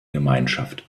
gemeinschaft